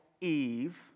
Eve